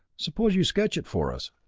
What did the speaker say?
suppose you sketch it for us.